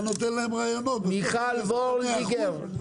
אתה נותן להם רעיונות --- מיכל וולדיגר,